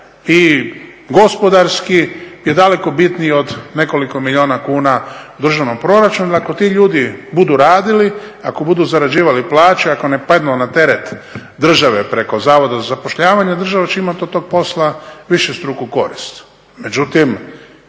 i gospodarski je daleko bitniji od nekoliko milijuna kuna u državnom proračunu. Dakle, ti ljudi budu radili, ako budu zarađivali plaće, ako ne padnu na teret države preko Zavoda za zapošljavanje država će imati od tog posla višestruku korist.